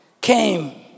came